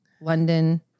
London